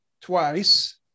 twice